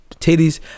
titties